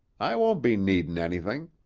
i won't be needin' anything.